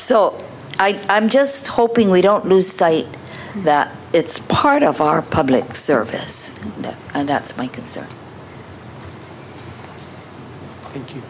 so i am just hoping we don't lose sight that it's part of our public service and that's my concern